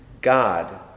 God